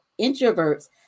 introverts